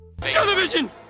Television